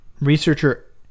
Researcher